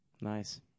Nice